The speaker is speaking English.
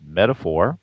metaphor